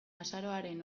azaroaren